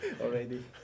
already